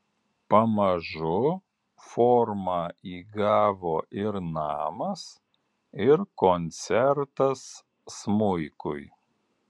pamažu formą įgavo ir namas ir koncertas smuikui